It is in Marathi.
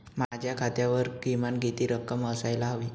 माझ्या खात्यावर किमान किती रक्कम असायला हवी?